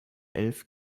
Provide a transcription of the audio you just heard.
elf